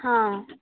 ହଁ